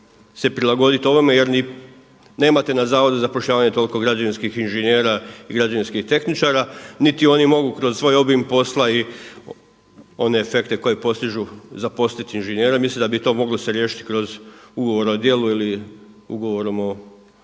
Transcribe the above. se prilagoditi ovome. Jer ni nemate na Zavodu za zapošljavanje toliko građevinskih inženjera i građevinskih tehničara, niti oni mogu kroz svoj obim posla i one efekte koje postižu zaposliti inženjera. I mislim da bi se to moglo riješiti ugovorom o djelu ili ugovorom o